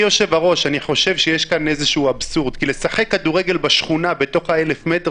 הרי אתה לא שולח שוטר עם אותו איש עסקים שאתה פוגש במחסום.